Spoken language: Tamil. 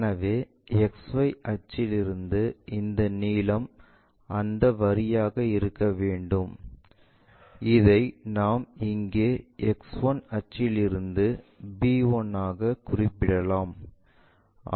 எனவே XY அச்சில் இருந்து இந்த நிலம் அந்த வரியாக இருக்க வேண்டும் இதை நாம் இங்கே X1 அச்சிலிருந்து b1 ஆகக் குறிப்பிடலாம்